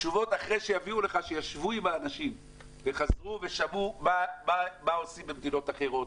תשובות אחרי שהם ישבו עם האנשים וחזרו ושמעו מה עושים במדינות אחרות,